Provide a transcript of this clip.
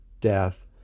death